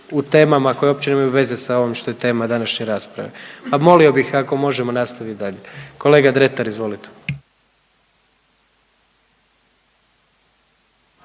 u temama koje uopće nemaju veze sa ovim što je tema današnje rasprave. Pa molio bih ako možemo nastaviti dalje. Kolega Dretar, izvolite.